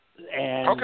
Okay